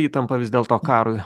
įtampa vis dėlto karui